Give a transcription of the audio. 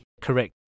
Correct